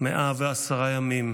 110 ימים